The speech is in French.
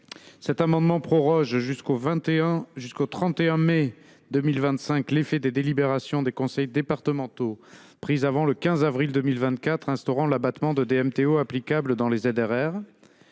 tend également à proroger jusqu’au 31 mai 2025 l’effet des délibérations des conseils départementaux, pris avant le 15 avril 2024, instaurant l’abattement de DMTO applicables dans les ZRR.